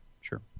sure